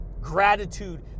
gratitude